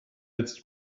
jetzt